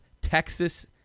Texas